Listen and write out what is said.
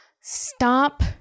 stop